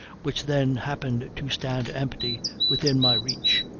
which then happened to stand empty within my reach.